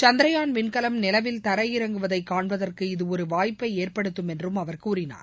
சந்திரயான் விண்கலம் நிலவில் தரையிறங்குவதை காண்பதற்கு இது ஒரு வாய்ப்பை ஏற்படுத்தும் என்றும் அவர் கூறினார்